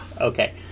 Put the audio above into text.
Okay